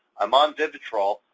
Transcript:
i'm on vivitrol,